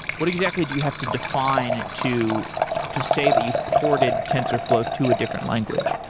what exactly do you have to define to to say that you've ported tensorflow to a different language?